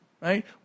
right